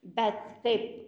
bet kaip